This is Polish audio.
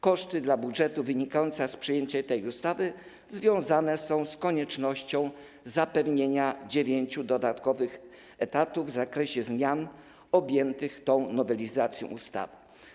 Koszty dla budżetu wynikające z przyjęcia tej ustawy związane są z koniecznością zapewnienia dziewięciu dodatkowych etatów w zakresie zmian objętych tą nowelizacją ustawy.